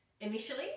initially